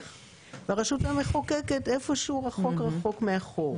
והרשות המחוקקת כבר איפשהו רחוק מאחור.